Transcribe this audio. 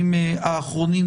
האחרונים,